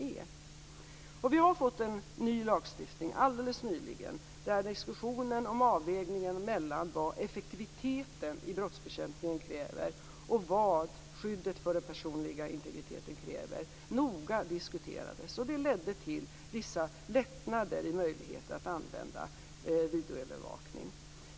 Alldeles nyligen har vi fått en ny lagstiftning där avvägningen mellan vad effektiviteten i brottsbekämpningen kräver och vad skyddet för den personliga integriteten kräver noga diskuterades. Det ledde till vissa lättnader i fråga om möjligheterna att använda videoövervakning.